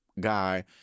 guy